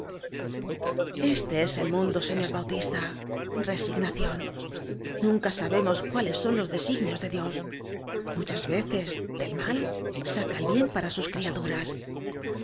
este es el mundo señor bautista re signación nunca sabemos cuáles son los designios de dios muchas veces del mal saca el bien para las criaturas